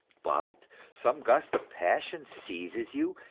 but some gust of passion seizes you,